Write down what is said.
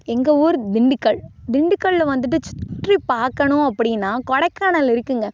எங்கள் ஊர் திண்டுக்கல் திண்டுக்கலில் வந்துட்டு சுற்றி பார்க்கணும் அப்படின்னா கொடைக்கானல் இருக்குதுங்க